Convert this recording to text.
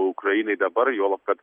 ukrainai dabar juolab kad